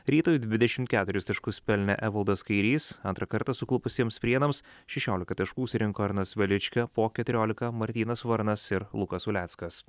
rytui dvidešimt keturis taškus pelnė evaldas kairys antrą kartą suklupusiems prienams šešiolika taškų surinko arnas velička po keturiolika martynas varnas ir lukas uleckas